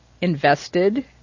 invested